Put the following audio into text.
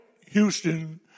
Houston